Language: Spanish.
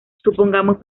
supongamos